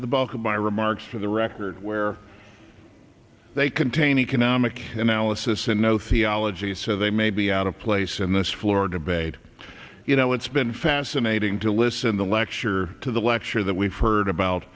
the bulk of my remarks for the record where they contain economic analysis and no theology so they may be out of place in this floor debate you know it's been fascinating to listen the lecture to the lecture that we've heard about